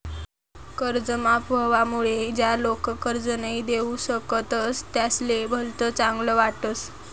कर्ज माफ व्हवामुळे ज्या लोक कर्ज नई दिऊ शकतस त्यासले भलत चांगल वाटस